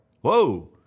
Whoa